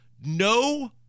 no